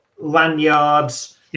lanyards